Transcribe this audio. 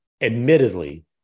admittedly